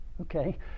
okay